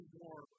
more